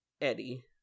eddie